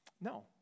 No